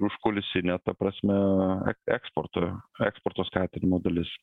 užkulisinė ta prasme eksporto eksporto skatinimo dalis